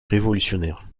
révolutionnaire